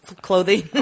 clothing